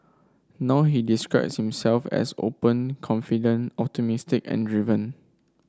now he describes himself as open confident optimistic and driven